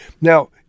Now